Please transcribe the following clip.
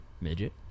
midget